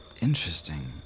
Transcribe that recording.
Interesting